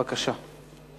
בבקשה.